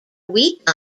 week